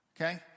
Okay